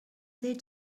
did